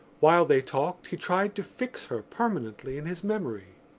while they talked he tried to fix her permanently in his memory.